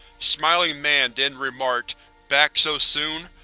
smiling man then remarked back so soon?